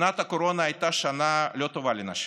שנת הקורונה הייתה שנה לא טובה לנשים.